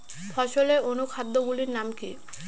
ফসলের অনুখাদ্য গুলির নাম কি?